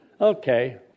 Okay